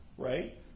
Right